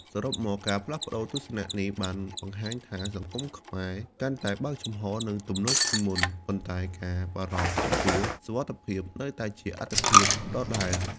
សរុបមក ការផ្លាស់ប្ដូរទស្សនៈនេះបានបង្ហាញថា សង្គមខ្មែរកាន់តែបើកចំហរ និងទំនើបជាងមុន ប៉ុន្តែការបារម្ភចំពោះសុវត្ថិភាពនៅតែជាអាទិភាពដដែល។